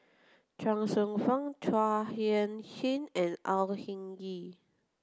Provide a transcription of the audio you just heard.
Chuang Hsueh Fang Chua Sian Chin and Au Hing Yee